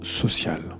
social